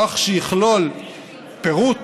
כך שיכלול פירוט